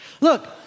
Look